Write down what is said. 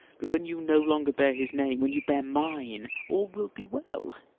but when you no longer bear his name, when you bear mine, all will be well.